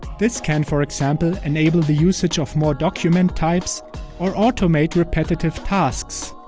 this can for example enable the usage of more document types or automate repetitive tasks.